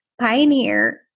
Pioneer